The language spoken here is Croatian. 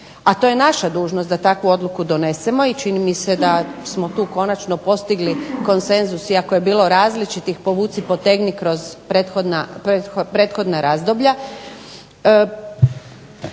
a to je naša dužnost da takvu odluku donesemo i čini mi se da smo tu konačno postigli konsenzus iako je bilo različitih povuci potegni kroz prethodna razdoblja.